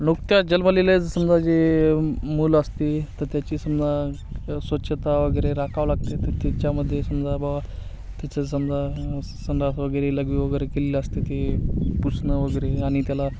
नुकत्या जन्मलेल्या समजा जे मूल असते तर त्याची समजा स्वच्छता वगैरे राखावं लागते तर त्याच्यामध्ये समजा बुवा त्याचं समजा संंडास वगैरे लघवी वगैरे केलेली असते ती पुसणं वगैरे आणि त्याला